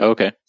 Okay